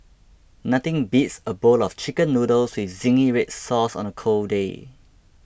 nothing beats a bowl of Chicken Noodles with Zingy Red Sauce on a cold day